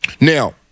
now